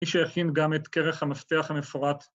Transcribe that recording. ‫הוא שהכין גם את כרך המפתח המפורט.